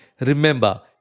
remember